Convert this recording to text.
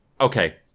okay